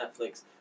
Netflix